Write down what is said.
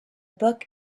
book